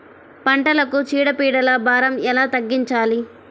పంటలకు చీడ పీడల భారం ఎలా తగ్గించాలి?